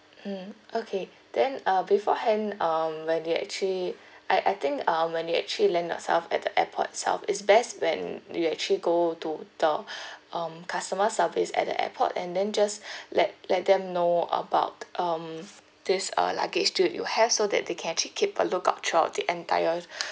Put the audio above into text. mm okay then uh beforehand um when you actually I I think um when you actually land yourself at the airport itself is best when you actually go to the um customer service at the airport and then just let let them know about um this uh luggage that you have so that they can actually keep a lookout throughout the entire